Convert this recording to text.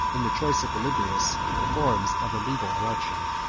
in the choice of olybrius, the forms of a legal election.